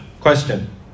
question